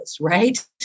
Right